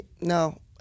no